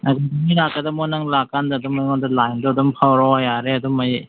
ꯀꯔꯤ ꯅꯨꯃꯤꯠ ꯂꯥꯛꯀꯗꯝꯃꯣ ꯅꯪ ꯂꯥꯛ ꯀꯥꯟꯗ ꯑꯗꯨꯝ ꯑꯩꯉꯣꯟꯗ ꯂꯥꯏꯟꯗꯨ ꯑꯗꯨꯝ ꯐꯥꯎꯔꯛꯑꯣ ꯌꯥꯔꯦ ꯑꯗꯨꯝ ꯑꯩ